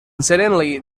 suddenly